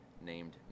named